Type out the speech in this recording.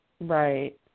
Right